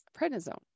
prednisone